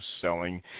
selling